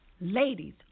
ladies